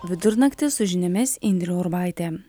vidurnaktį su žiniomis indrė urbaitė